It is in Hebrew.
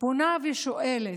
פונה ושואלת: